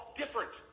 different